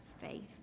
faith